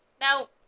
Now